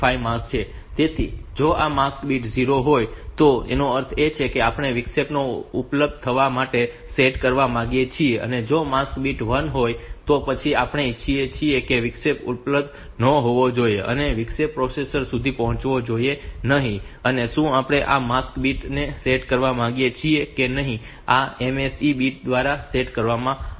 5 mask છે તેથી જો આ માસ્ક બીટ 0 હોય તો તેનો અર્થ એ કે આપણે વિક્ષેપને ઉપલબ્ધ થવા માટે સેટ કરવા માંગીએ છીએ અને જો આ માસ્ક બીટ 1 હોય તો પછી આપણે ઇચ્છીએ છીએ કે વિક્ષેપ ઉપલબ્ધ ન હોવો જોઈએ અને વિક્ષેપ પ્રોસેસર સુધી પહોંચવો જોઈએ નહીં અને શું આપણે આ માસ્ક બીટ ને સેટ કરવા માંગીએ છીએ કે નહીં તે આ MSE બિટ્સ દ્વારા સેટ કરવામાં આવે છે